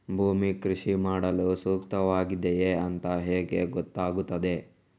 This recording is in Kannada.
ಭೂಮಿ ಕೃಷಿ ಮಾಡಲು ಸೂಕ್ತವಾಗಿದೆಯಾ ಅಂತ ಹೇಗೆ ಗೊತ್ತಾಗುತ್ತದೆ?